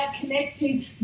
connecting